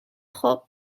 خوب